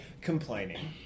complaining